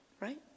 right